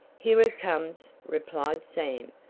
here it comes, replied sam,